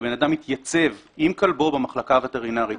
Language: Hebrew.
האדם יתייצב עם כלבו במחלקה הווטרינרית